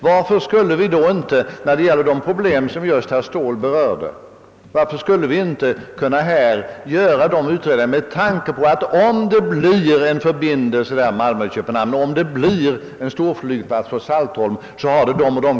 Varför skulle vi då inte kunna göra utredningar i de ämnen, som herr Ståhl berörde, med tanke på de konsekvenser det kan få om det blir en förbindelse melian Malmö och Köpenhamn och om det blir en storflygplats på Saltholm.